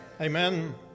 Amen